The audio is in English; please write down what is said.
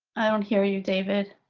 i don't hear you, david.